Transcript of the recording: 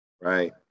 right